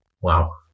Wow